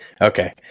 Okay